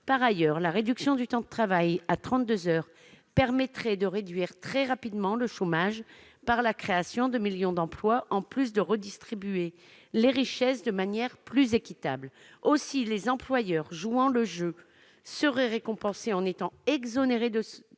Par ailleurs, la réduction du temps de travail à 32 heures permettrait de réduire très rapidement le chômage par la création de millions d'emplois, en plus de redistribuer les richesses de manière plus équitable. Aussi, les employeurs jouant le jeu seraient récompensés en étant exonérés de